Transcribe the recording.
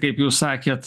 kaip jūs sakėt